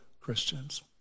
Christians